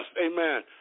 amen